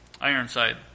Ironside